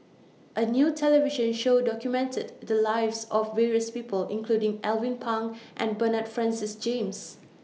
A New television Show documented The Lives of various People including Alvin Pang and Bernard Francis James